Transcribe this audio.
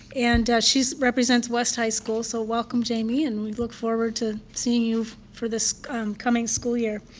and she represents west high school. so, welcome, jamie, and we look forward to seeing you for this coming school year.